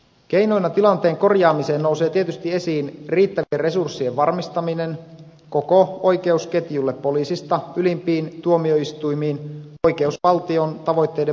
keinona tilanteen korjaamiseen nousee tietysti esiin riittävien resurssien varmistaminen koko oikeusketjulle poliisista ylimpiin tuomioistuimiin oikeusvaltion tavoitteiden mukaisesti